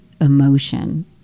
emotion